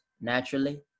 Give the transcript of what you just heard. naturally